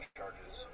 charges